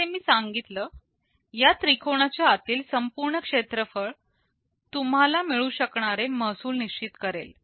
जसे मी सांगितलं या त्रिकोणाचा आतील संपूर्ण क्षेत्रफळ तुम्हाला मिळू शकणारे महसूल निश्चित करेल